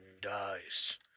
dies